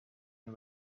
and